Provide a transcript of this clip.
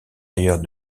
ailleurs